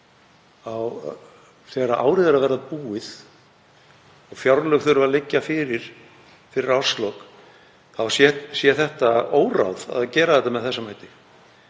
þegar árið er að verða búið, og fjárlög þurfa að liggja fyrir fyrir árslok, sé óráð að gera þetta með þessum hætti.